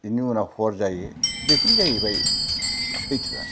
बिनि उनाव हर जायो बेफोरनो जाहैबाय सैथोआ